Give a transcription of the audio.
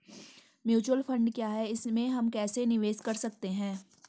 Mutual fund क्या है इसमें हम कैसे निवेश कर सकते हैं?